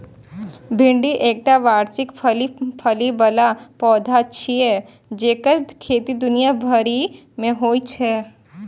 भिंडी एकटा वार्षिक फली बला पौधा छियै जेकर खेती दुनिया भरि मे होइ छै